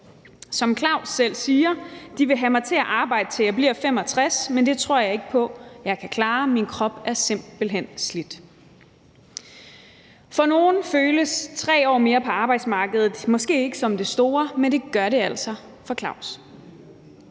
Som Claus siger: De vil have mig til at arbejde, til jeg bliver 65, men det tror jeg ikke på at jeg kan klare. Min krop er simpelt hen slidt. For nogle føles 3 år mere på arbejdsmarkedet måske ikke som det store, men det gør det altså for Claus.